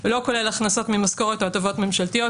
לא כולל הכנסות ממשכורת או הטבות ממשלתיות.